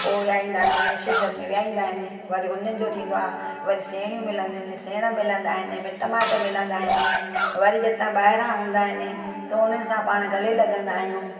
पो विहाईंदा आहिनि रिसेशन में विहाईंदा आहिनि वरी उन्हनि जो थींदो आहे वरी सेणियूं मिलंदियूं आहिनि सेण मिलंदा आहिनि मिटु माइटु मिलंदा आइन वरी जेका ॿाहिरां हूंदा आहिनि त हुनसां पाण गले लॻंदा आहियूं